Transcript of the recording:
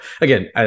again